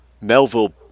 Melville